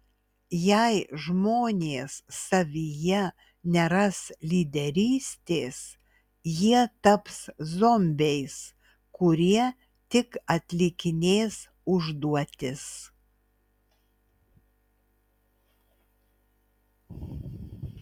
jei žmonės savyje neras lyderystės jie taps zombiais kurie tik atlikinės užduotis